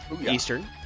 Eastern